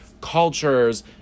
cultures